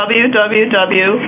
www